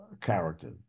character